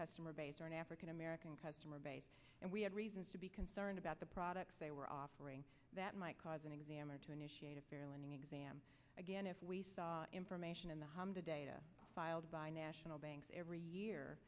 customer base or an african american customer base and we had reasons to be concerned about the products they were offering that might cause an exam or to initiate a fair lending exam again if we saw information in the home the data filed by national banks every year